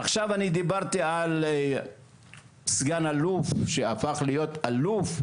עכשיו אני דיברתי על סגן אלוף שהפך להיות אלוף,